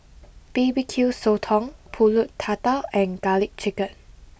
B B Q Sotong Pulut Tatal and Garlic Chicken